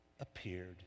appeared